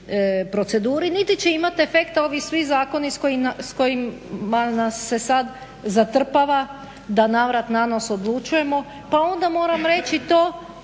niti će imat efekta ovi svi zakoni s kojima nas se sad zatrpava da navrat nanos odlučujemo. Pa onda moram reći to,